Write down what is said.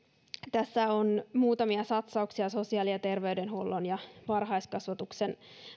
tässä on muutamia satsauksia sosiaali ja terveydenhuollon ja varhaiskasvatuksen